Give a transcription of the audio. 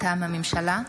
מטעם הממשלה: